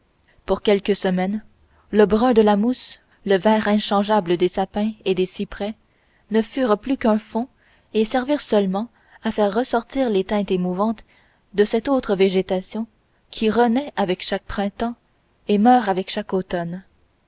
pour quelques semaines le brun de la mousse le vert inchangeable des sapins et des cyprès ne furent plus qu'un fond et servirent seulement à faire ressortir les teintes émouvantes de cette autre végétation qui renaît avec chaque printemps et meurt avec chaque automne